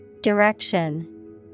Direction